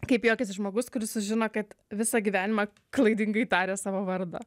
kaip juokiasi žmogus kuris sužino kad visą gyvenimą klaidingai taria savo vardą